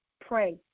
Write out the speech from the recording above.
pray